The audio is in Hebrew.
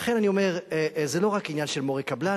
לכן אני אומר, זה לא רק עניין של מורי קבלן,